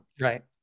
Right